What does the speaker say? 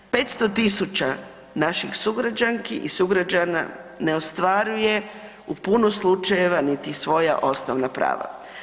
500 000 napih sugrađanski i sugrađana ne ostvaruje u puno slučajeva niti svoja osnovna prava.